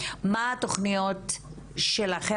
מה התוכניות שלכם?